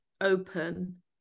open